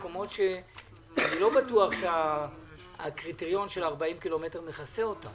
מקומות שלא בטוח שהקריטריון של 40 קילומטר מכסה אותם.